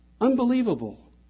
Unbelievable